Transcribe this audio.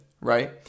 right